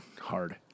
hard